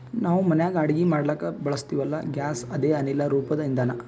ನಾವ್ ಮನ್ಯಾಗ್ ಅಡಗಿ ಮಾಡ್ಲಕ್ಕ್ ಬಳಸ್ತೀವಲ್ಲ, ಗ್ಯಾಸ್ ಅದೇ ಅನಿಲ್ ರೂಪದ್ ಇಂಧನಾ